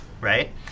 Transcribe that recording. Right